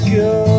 go